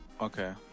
Okay